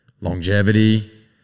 longevity